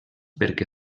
perquè